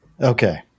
Okay